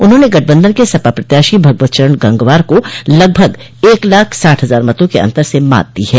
उन्होंने गठबंधन के सपा प्रत्याशी भगवत शरण गंगवार को लगभग एक लाख साठ हजार मतों के अन्तर से मात दी है